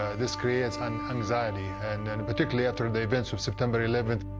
ah this creates um anxiety, and and particularly after the events of september eleventh.